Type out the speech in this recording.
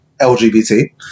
LGBT